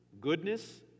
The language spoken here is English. goodness